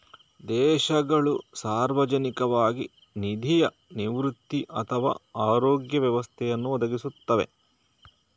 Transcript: ದೇಶಗಳು ಸಾರ್ವಜನಿಕವಾಗಿ ನಿಧಿಯ ನಿವೃತ್ತಿ ಅಥವಾ ಆರೋಗ್ಯ ವ್ಯವಸ್ಥೆಯನ್ನು ಒದಗಿಸುತ್ತವೆ